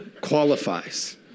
qualifies